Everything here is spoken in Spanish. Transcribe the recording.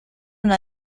una